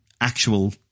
actual